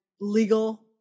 legal